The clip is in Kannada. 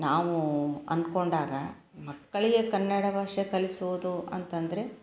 ನಾವೂ ಅಂದ್ಕೊಂಡಾಗ ಮಕ್ಕಳಿಗೆ ಕನ್ನಡ ಭಾಷೆ ಕಲಿಸೋದು ಅಂತಂದರೆ